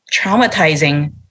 traumatizing